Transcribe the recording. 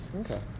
Okay